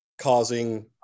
causing